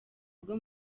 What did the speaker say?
bwo